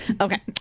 Okay